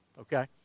okay